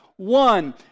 One